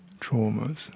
traumas